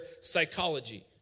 psychology